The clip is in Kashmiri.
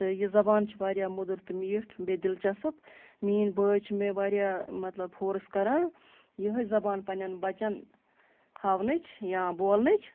تہٕ یہِ زبان چھِ واریاہ مٔدٕر تہٕ میٖٹھ بیٚیہِ دِلچَسٕپ میٛٲنۍ بٲے چھِ مےٚ واریاہ مطلب فورس کَران یِہٕے زبان پنٛنٮ۪ن بَچَن ہاونٕچ یا بولنٕچ